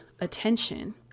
attention